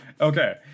Okay